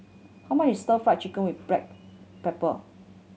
how much is Stir Fried Chicken with black pepper